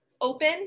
open